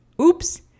oops